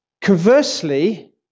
Conversely